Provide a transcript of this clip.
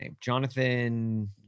Jonathan